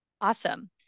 Awesome